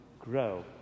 grow